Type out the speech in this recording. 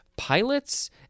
pilots